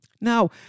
Now